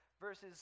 verses